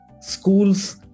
Schools